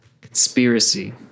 Conspiracy